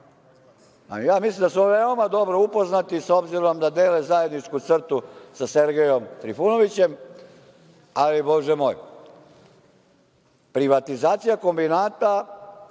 Ja mislim da su veoma dobro upoznati, s obzirom da dele zajedničku crtu sa Sergejom Trifunovićem, ali bože moj. Privatizacija kombinata